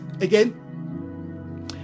again